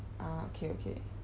ah okay okay